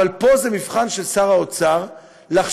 אבל פה זה מבחן של שר האוצר לחשוב